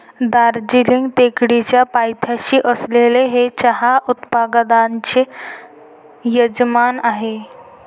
दार्जिलिंग टेकडीच्या पायथ्याशी असलेले हे चहा उत्पादकांचे यजमान आहे